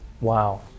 Wow